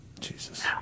Jesus